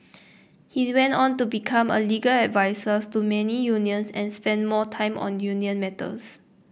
he went on to become a legal advisor to many unions and spent more time on union matters